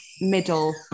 middle